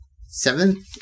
seven